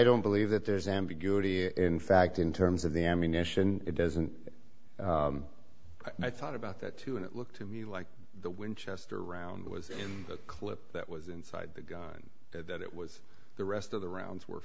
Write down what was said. don't believe that there's ambiguity in fact in terms of the ammunition it doesn't and i thought about that too and it looked to me like the winchester round was in that clip that was inside the gun that it was the rest of the rounds were